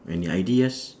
any ideas